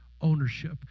ownership